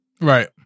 Right